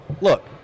Look